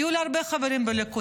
היו לי הרבה חברים בליכוד.